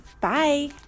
Bye